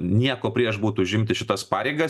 nieko prieš būtų užimti šitas pareigas